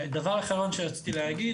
הדבר האחרון שרציתי להגיד,